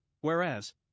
whereas